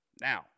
Now